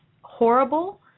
horrible